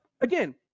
Again